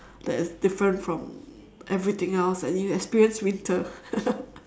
that is different from everything else and you experience winter